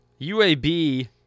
UAB